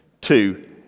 Two